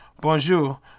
Bonjour